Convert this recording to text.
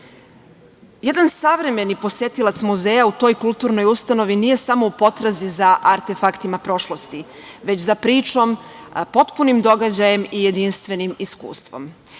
savremeni posetilac muzeja u toj kulturnoj ustanovi, nije samo u potrazi za artefaktima prošlosti, već za pričom, potpunim događajem i jedinstvenim iskustvom.